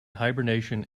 hibernation